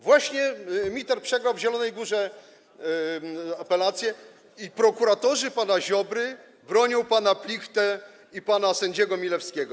Właśnie Miter przegrał w Zielonej Górze apelację i prokuratorzy pana Ziobry bronią pana Plichtę i pana sędziego Milewskiego.